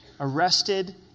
arrested